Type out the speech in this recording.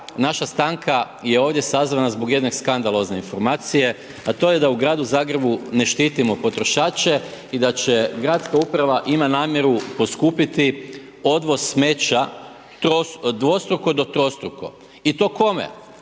naša stanka je ovdje sazvana zbog jedne skandalozne informacije, a to je da u Gradu Zagrebu ne štitimo potrošače i da će gradska uprava, ima namjeru poskupiti odvoz smeća dvostruko do trostruko i to kome